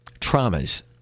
traumas